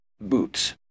boots